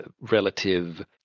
relative